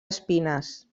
espines